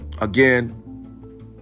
again